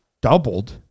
doubled